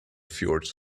fjords